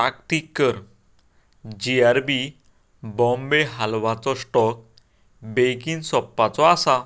ताकतीक कर G R B Bombay हालवाचो स्टॉक बेगीन सोंपपाचो आसा